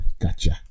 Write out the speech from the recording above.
Gotcha